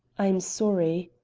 i am sorry,